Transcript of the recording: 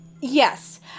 Yes